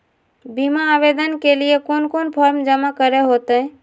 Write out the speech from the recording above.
बीमा आवेदन के लिए कोन कोन फॉर्म जमा करें होते